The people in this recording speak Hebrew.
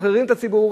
מסחררים את הציבור,